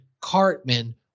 Cartman